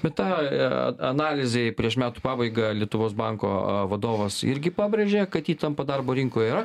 bet tą analizėj prieš metų pabaigą lietuvos banko vadovas irgi pabrėžė kad įtampa darbo rinkoj yra